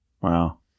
Wow